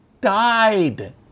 died